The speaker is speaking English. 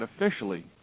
officially